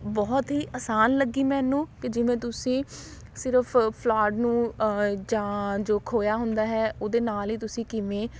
ਬਹੁਤ ਹੀ ਆਸਾਨ ਲੱਗੀ ਮੈਨੂੰ ਕਿ ਜਿਵੇਂ ਤੁਸੀਂ ਸਿਰਫ ਫੁਲਾਉਣ ਨੂੰ ਜਾਂ ਜੋ ਖੋਇਆ ਹੁੰਦਾ ਹੈ ਉਹਦੇ ਨਾਲ ਹੀ ਤੁਸੀਂ ਕਿਵੇਂ